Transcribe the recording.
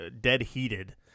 dead-heated